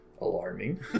alarming